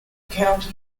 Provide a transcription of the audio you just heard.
county